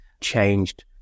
changed